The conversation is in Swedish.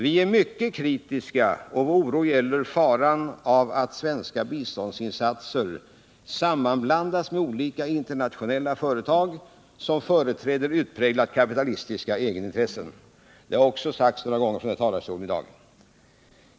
Vi är mycket kritiska, och vår oro gäller faran för att svenska biståndsinsatser sammanblandas med olika internationella företag som företräder utpräglat kapitalistiska egenintressen. Det har också sagts några gånger från talarstolen här i dag.